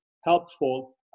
helpful